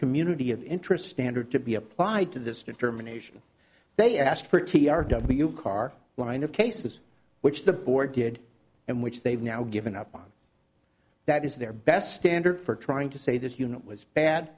community of interest standard to be applied to this determination they asked for t r w car line of cases which the board did and which they've now given up on that is their best standard for trying to say this unit was bad